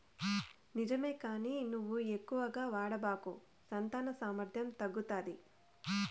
నిజమే కానీ నువ్వు ఎక్కువగా వాడబాకు సంతాన సామర్థ్యం తగ్గుతాది